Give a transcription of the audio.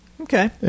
Okay